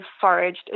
foraged